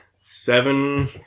seven